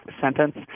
sentence